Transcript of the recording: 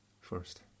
first